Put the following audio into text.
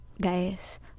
guys